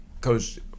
Coach